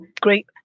great